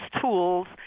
tools